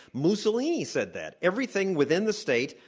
mussolini said that everything within the state,